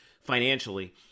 financially